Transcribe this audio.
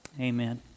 Amen